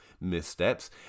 missteps